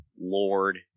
Lord